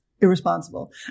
irresponsible